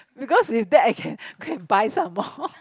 because with that I can can buy some more